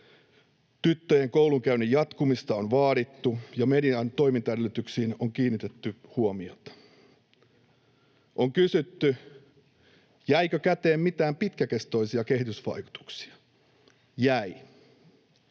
tyttöjen koulunkäynnin jatkumista on vaadittu ja median toimintaedellytyksiin on kiinnitetty huomiota. On kysytty, jäikö käteen mitään pitkäkestoisia kehitysvaikutuksia. Jäi.